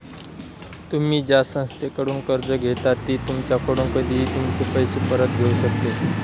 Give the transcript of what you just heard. तुम्ही ज्या संस्थेकडून कर्ज घेता ती तुमच्याकडून कधीही तुमचे पैसे परत घेऊ शकते